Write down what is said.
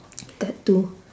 tattoo